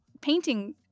painting